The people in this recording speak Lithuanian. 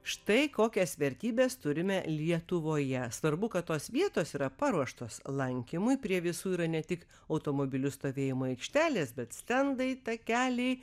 štai kokias vertybes turime lietuvoje svarbu kad tos vietos yra paruoštos lankymui prie visų yra ne tik automobilių stovėjimo aikštelės bet stendai takeliai